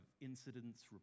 incidents